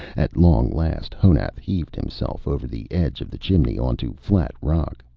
at long last honath heaved himself over the edge of the chimney onto flat rock,